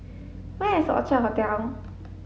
where is Orchard Hotel